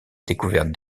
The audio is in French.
découverte